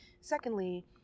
Secondly